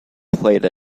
played